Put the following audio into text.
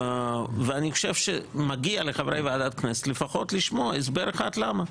אני חושב שמגיע לחברי ועדת הכנסת לפחות לשמוע הסבר אחד למה,